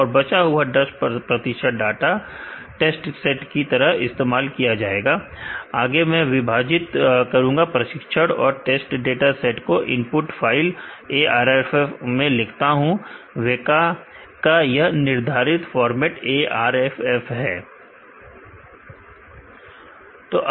और बचा हुआ 10 टेस्ट डाटा सेट की तरह इस्तेमाल होगा आगे मैं विभाजित प्रशिक्षण और टेस्ट डाटा सेट को इनपुट फाइल ARFF में लिखता हूं वेका में निर्धारित फॉर्मेट format ARFF है